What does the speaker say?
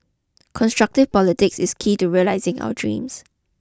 constructive politics is key to realising our dreams